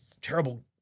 terrible